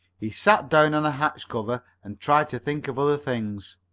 he sat down on a hatch cover and tried to think of other things.